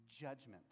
judgment